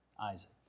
Isaac